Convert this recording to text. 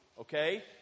Okay